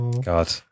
God